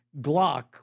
Glock